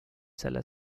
selle